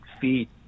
feet